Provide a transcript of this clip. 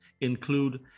include